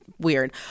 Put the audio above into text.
Weird